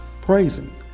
Praising